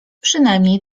przynajmniej